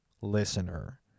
listener